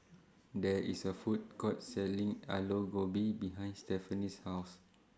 There IS A Food Court Selling Aloo Gobi behind Stephanie's House